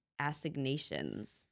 assignations